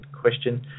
question